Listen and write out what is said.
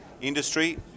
industry